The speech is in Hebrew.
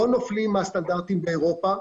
לא נופלים מהסטנדרטים באירופה.